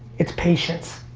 it's patience.